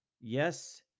Yes